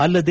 ಅಲ್ಲದೆ